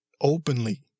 openly